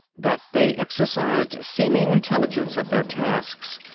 that they exercised seeming intelligence at their tasks,